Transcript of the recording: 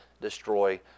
destroy